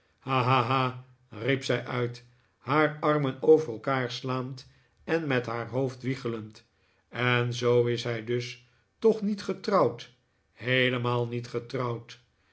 riep zij uit haar armen over elkaar slaand en met haar hoofd wiegelend en zoo is hij dus toch niet getrouwd heelemaal niet getrouwd